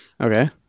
Okay